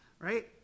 right